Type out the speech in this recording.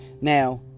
Now